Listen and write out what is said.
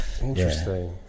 interesting